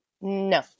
no